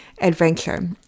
Adventure